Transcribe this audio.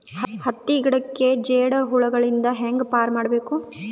ಹತ್ತಿ ಗಿಡಕ್ಕೆ ಜೇಡ ಹುಳಗಳು ಇಂದ ಹ್ಯಾಂಗ್ ಪಾರ್ ಮಾಡಬೇಕು?